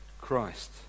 Christ